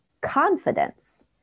confidence